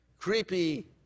creepy